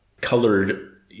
colored